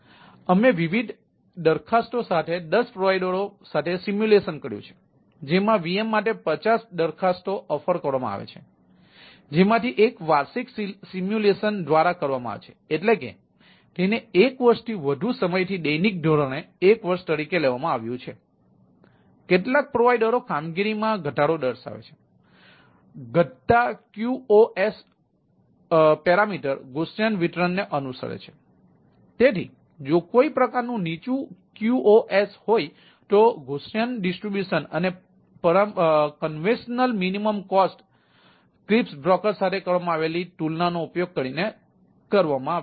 તેથી અમે વિવિધ દરખાસ્તો સાથે 10 પ્રોવાઇડરઓ સાથે સિમ્યુલેશન સાથે કરવામાં આવેલી તુલનાનો ઉપયોગ કરીને કરવામાં આવ્યું છે